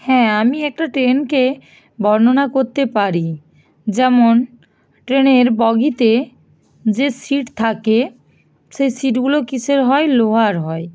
হ্যাঁ আমি একটা ট্রেনকে বর্ণনা করতে পারি যেমন ট্রেনের বগিতে যে সিট থাকে সেই সিটগুলো কীসের হয় লোহার হয়